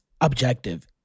objective